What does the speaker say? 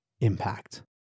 impact